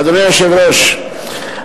אדוני היושב-ראש,